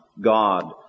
God